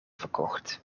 verkocht